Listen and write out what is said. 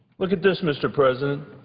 look at this, mr. president.